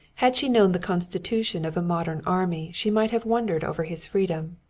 had she known the constitution of a modern army she might have wondered over his freedom,